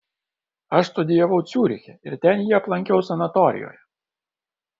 aš studijavau ciuriche ir ten jį aplankiau sanatorijoje